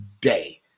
day